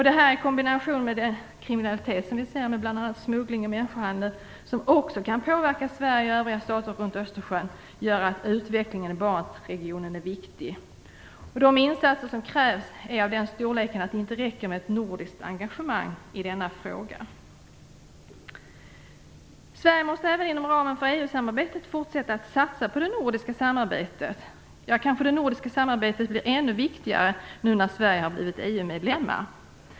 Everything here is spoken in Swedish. Detta i kombination med kriminalitet, bl.a. smuggling och människohandel etc. som också kan påverka Sverige och övriga stater runt Östersjön, gör att utvecklingen i Barentsregionen är viktig. De insatser som krävs är av den storleken att det inte räcker med ett nordiskt engagemang i denna fråga. Sverige måste även inom ramen för EU samarbetet fortsätta att satsa på det nordiska samarbetet. Ja, kanske det nordiska samarbetet blir ännu viktigare nu när Sverige har blivit EU-medlem.